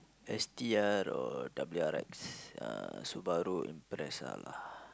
S_T_I or W_R_X uh Subaru Impreza lah